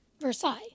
Versailles